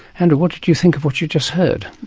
andrew, what did you think of what you just heard?